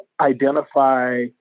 identify